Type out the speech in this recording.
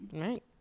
Right